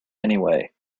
anyway